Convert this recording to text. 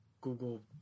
Google